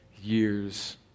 years